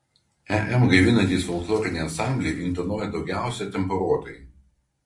em gaivinantys folkloriniai ansambliai intonuoja daugiausiai temperuotai